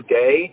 day